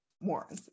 more